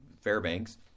Fairbanks